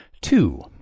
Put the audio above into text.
Two